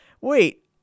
wait